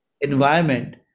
environment